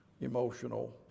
emotional